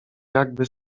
jakby